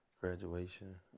graduation